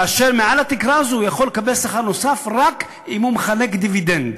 כאשר מעל התקרה הזו הוא יכול לקבל שכר נוסף רק אם הוא מחלק דיבידנד.